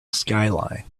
skyline